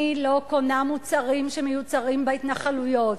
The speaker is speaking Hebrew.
אני לא קונה מוצרים שמיוצרים בהתנחלויות.